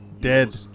Dead